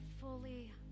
fully